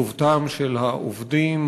לכבודם של העובדים,